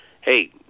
hey